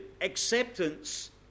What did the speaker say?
acceptance